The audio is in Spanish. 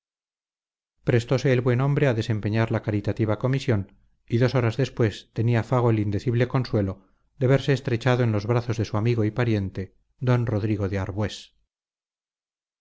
prestose el buen hombre a desempeñar la caritativa comisión y dos horas después tenía fago el indecible consuelo de verse estrechado en los brazos de su amigo y pariente d rodrigo de